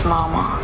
Mama